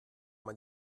man